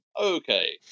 Okay